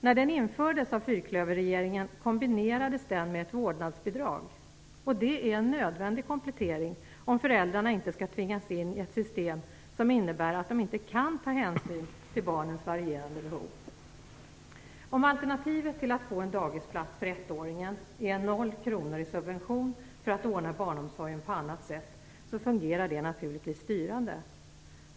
När den infördes av fyrklöverregeringen kombinerades den med ett vårdnadsbidrag. Det är en nödvändig komplettering, om föräldrarna inte skall tvingas in i ett system som innebär att de inte kan ta hänsyn till barnens varierande behov. Om alternativet till att få en dagisplats för ettåringen är noll kronor i subvention för att ordna barnomsorgen på annat sätt fungerar det naturligtvis styrande.